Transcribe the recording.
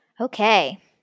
okay